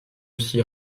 aussi